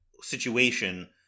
situation